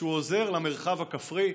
שעוזר למרחב הכפרי,